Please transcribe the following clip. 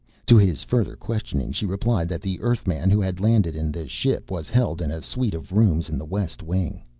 to his further questioning, she replied that the earthman who had landed in the ship was held in a suite of rooms in the west wing.